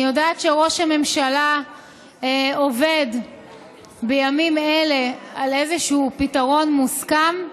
אני יודעת שראש הממשלה עובד בימים אלה על איזשהו פתרון מוסכם,